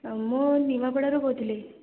ଆଉ ମୁଁ ନିମାପଡ଼ାରୁ କହୁଥିଲି